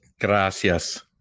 gracias